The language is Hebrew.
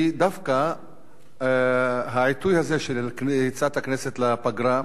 היא דווקא העיתוי הזה של יציאת הכנסת לפגרה,